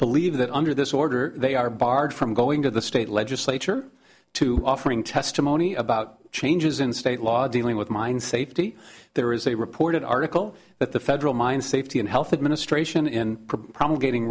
believe that under this order they are barred from going to the state legislature to offering testimony about changes in state laws dealing with mine safety there is a reported article that the federal mine safety and health administration in